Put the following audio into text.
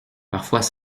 parfois